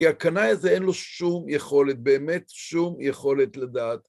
כי הקנאי הזה אין לו שום יכולת, באמת שום יכולת לדעת.